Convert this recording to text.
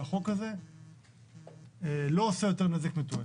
שהחוק הזה לא עושה יותר נזק מתועלת.